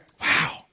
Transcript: Wow